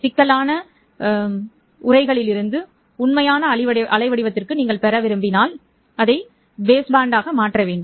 சிக்கலான உறைகளிலிருந்து உண்மையான அலைவடிவத்திற்கு நீங்கள் பெற விரும்பினால் நாங்கள் சொன்னோம்